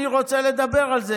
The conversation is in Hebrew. אני רוצה לדבר על זה.